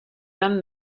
been